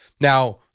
Now